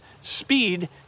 Speed